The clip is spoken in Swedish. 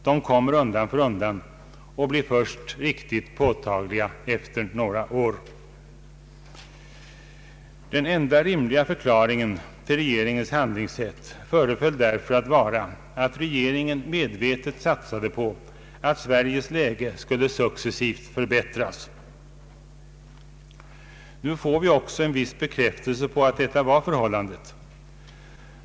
De kommer undan för undan och blir först riktigt påtagliga efter några år. Den enda rimliga förklaringen till regeringens handlingssätt föreföll därför vara att man medvetet satsade på att Sveriges läge skulle successivt förbättras. Nu får vi också en viss bekräftelse på att regeringen resonerade på det sättet.